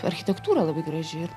architektūra labai graži ir